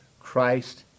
Christ